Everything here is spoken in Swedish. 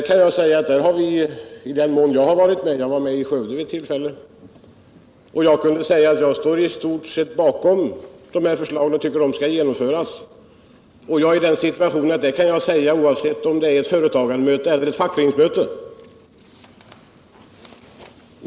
Jag var själv med i Skövde vid ett tillfälle och står i stort sett bakom förslaget och tycker att det skall genomföras, och jag är i den situationen att jag kan säga detta, oavsett om det är fråga om ett företagarmöte eller ett fackföreningsmöte.